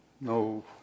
no